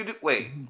wait